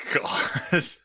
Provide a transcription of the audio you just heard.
God